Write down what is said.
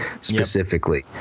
specifically